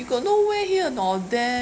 you got nowhere here nor there